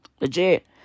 Legit